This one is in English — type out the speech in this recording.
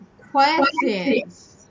questions